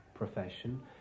profession